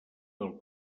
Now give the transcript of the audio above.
del